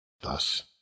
Thus